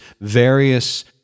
various